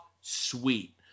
sweet